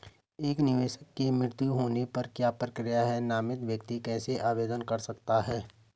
एक निवेशक के मृत्यु होने पर क्या प्रक्रिया है नामित व्यक्ति कैसे आवेदन कर सकता है?